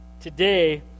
today